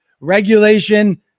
regulation